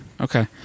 Okay